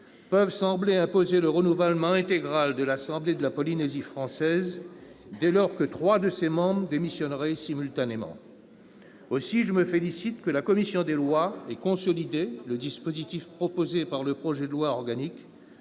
peuvent sembler imposer le renouvellement intégral de l'assemblée de la Polynésie française dès lors que trois de ses membres démissionneraient simultanément. Aussi, je me félicite de ce que la commission des lois ait consolidé le dispositif proposé par le projet de loi organique.